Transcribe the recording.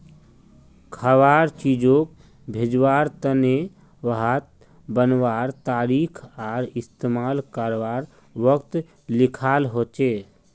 खवार चीजोग भेज्वार तने वहात बनवार तारीख आर इस्तेमाल कारवार वक़्त लिखाल होचे